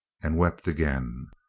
and wept again.